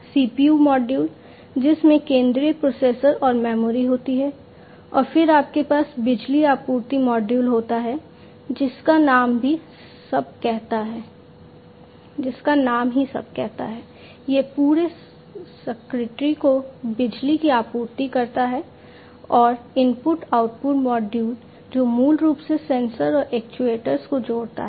CPU module जिसमें केंद्रीय processor और मेमोरी होती है और फिर आपके पास बिजली आपूर्ति मॉड्यूल होता है जिसका नाम ही सब कहता है यह पूरे सर्किट्री को बिजली की आपूर्ति करता है और इनपुट आउटपुट मॉड्यूल जो मूल रूप से सेंसर और एक्ट्यूएटर्स को जोड़ता है